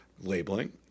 labeling